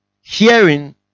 Hearing